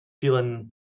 feeling